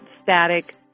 static